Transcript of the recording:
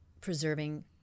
preserving